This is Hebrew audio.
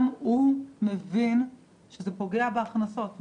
גם הוא מבין שזה פוגע בהכנסות.